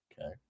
Okay